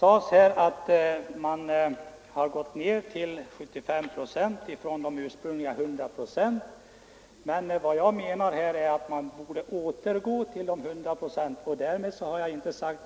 Herr talman! När det gäller IKS-stödet är det riktigt att det ursprungliga bidraget har sänkts till 75 procent. Vad jag menar är att man borde återgå till ett statsbidrag på 100 procent.